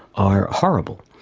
are horrible.